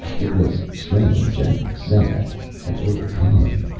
it was strange and sad and a little comic.